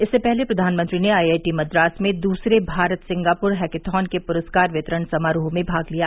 इससे पहले प्रधानमंत्री ने आईआईटी मद्रास में दूसरे भारत सिंगापुर हैकेथॉन के पुरस्कार वितरण समारोह में भाग लिया